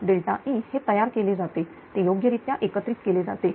E हे तयार केले जाते ते योग्यरीत्या एकत्रित केले जाते